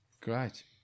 Great